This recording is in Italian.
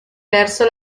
verso